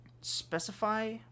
specify